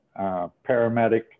paramedic